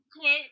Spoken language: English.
Quote